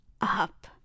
up